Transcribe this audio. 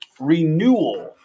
renewal